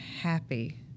happy